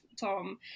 Tom